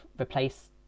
replace